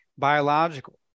biological